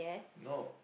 no